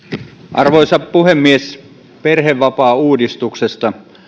arvoisa puhemies perhevapaauudistuksesta